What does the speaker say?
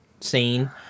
scene